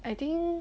I think